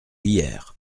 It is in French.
hier